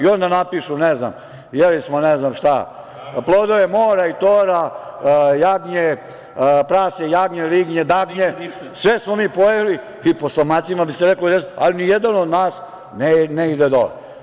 Onda napišu, jeli smo, ne znam šta…plodove mora, i tora, jagnje, prase, lignje, dagnje, sve smo mi pojeli i po stomacima bi se reklo, ali nijedan od nas ne ide dole.